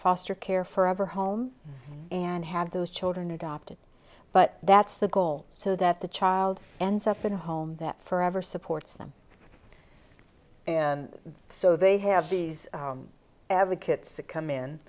foster care forever home and have those children adopted but that's the goal so that the child ends up in a home that forever supports them and so they have these advocates come in